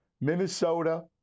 Minnesota